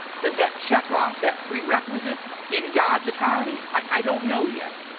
does that check off that prerequisite in god's economy? i don't know yet.